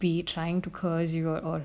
be it trying to cause you or or